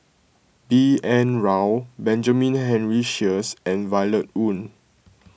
B N Rao Benjamin Henry Sheares and Violet Oon